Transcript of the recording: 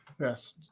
Yes